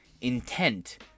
intent